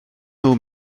nhw